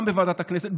גם בוועדת הכנסת,